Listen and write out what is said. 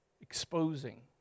exposing